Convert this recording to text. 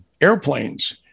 airplanes